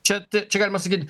čia t čia galima sakyt